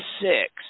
six